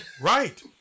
right